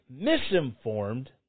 misinformed